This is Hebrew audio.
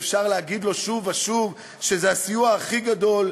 ואפשר להגיד לו שוב ושוב שזה הסיוע הכי גדול,